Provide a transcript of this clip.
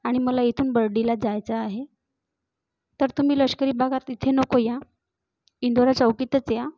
आणि मला इथून बर्डीला जायचं आहे तर तुम्ही लष्करी भागात इथे नको या इंदोरा चौकीतच या